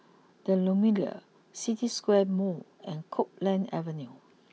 the Lumiere City Square Mall and Copeland Avenue